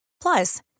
Plus